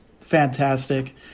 fantastic